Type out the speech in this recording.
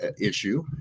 issue